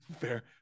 Fair